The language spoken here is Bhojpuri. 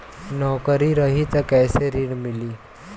नौकरी रही त कैसे ऋण मिली?